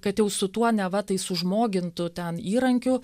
kad jau su tuo neva tai sužmogintu ten įrankiu